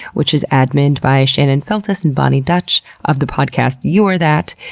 which is adminned by shannon feltus and boni dutch of the podcast you are that.